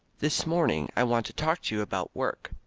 this morning i want to talk to you about work.